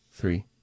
Three